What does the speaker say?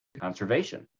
conservation